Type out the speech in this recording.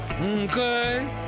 Okay